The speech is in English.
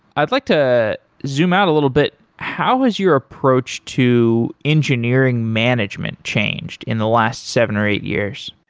i'd like to zoom out a little bit. how has your approach to engineering management changed in the last seven or eight years?